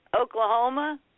Oklahoma